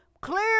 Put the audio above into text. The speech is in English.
clear